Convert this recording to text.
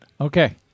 Okay